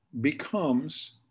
becomes